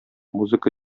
музыка